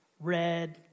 red